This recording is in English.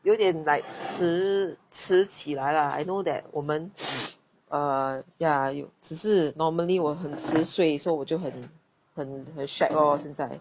有点 like 迟迟起来 lah I know that 我们 err ya 有只是 normally 我很迟睡 so 我就很很很 shag lor 现在